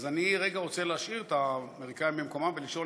אז אני רגע רוצה להשאיר את האמריקנים במקומם ולשאול: